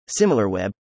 SimilarWeb